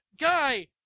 guy